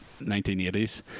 1980s